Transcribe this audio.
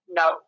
no